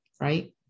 Right